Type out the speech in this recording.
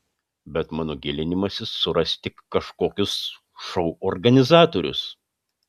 bet mano gilinimasis suras tik kažkokius šou organizatorius